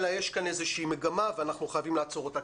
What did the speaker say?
אלא יש כאן איזה שהיא מגמה ואנחנו חייבים לעצור אותה.